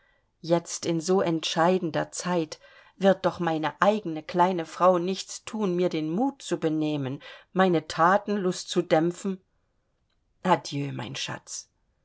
jetzt in so entscheidender zeit wird doch meine eigene kleine frau nichts thun mir den mut zu benehmen meine thatenlust zu dämpfen adieu mein schatz